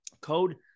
code